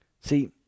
See